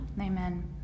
Amen